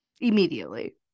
Immediately